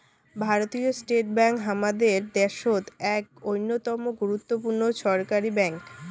ভারতীয় State Bank হামাদের দ্যাশোত এক অইন্যতম গুরুত্বপূর্ণ ছরকারি ব্যাঙ্ক